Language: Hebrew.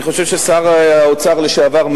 אני חושב ששר האוצר לשעבר,